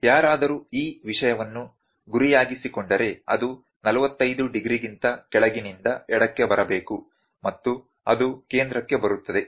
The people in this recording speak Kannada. ಯಾರಾದರೂ ಈ ವಿಷಯವನ್ನು ಗುರಿಯಾಗಿಸಿಕೊಂಡರೆ ಅದು 45 ಡಿಗ್ರಿಗಿಂತ ಕೆಳಗಿನಿಂದ ಎಡಕ್ಕೆ ಬರಬೇಕು ಮತ್ತು ಅದು ಕೇಂದ್ರಕ್ಕೆ ಬರುತ್ತದೆ